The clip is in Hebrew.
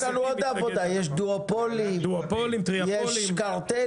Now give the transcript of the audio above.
יש לנו עוד עבודה, יש דואופלים, יש קרטלים.